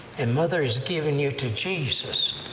and mother's giving you to jesus.